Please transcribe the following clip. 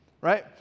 right